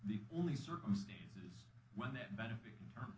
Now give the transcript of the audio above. the only circumstances when that benefit inter